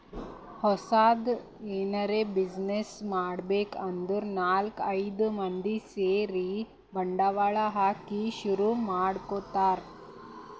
ಹೊಸದ್ ಎನರೆ ಬ್ಯುಸಿನೆಸ್ ಮಾಡ್ಬೇಕ್ ಅಂದ್ರ ನಾಲ್ಕ್ ಐದ್ ಮಂದಿ ಸೇರಿ ಬಂಡವಾಳ ಹಾಕಿ ಶುರು ಮಾಡ್ಕೊತಾರ್